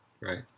right